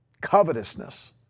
Covetousness